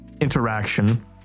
interaction